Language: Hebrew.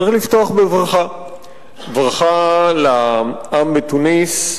צריך לפתוח בברכה לעם בתוניסיה,